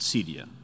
Syria